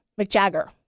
McJagger